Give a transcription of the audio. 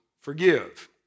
forgive